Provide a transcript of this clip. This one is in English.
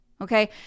okay